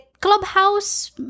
clubhouse